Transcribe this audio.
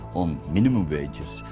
on minimum wages,